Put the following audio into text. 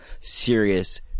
serious